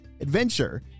adventure